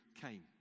came